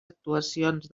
actuacions